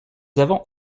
avons